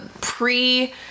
pre